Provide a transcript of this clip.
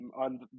on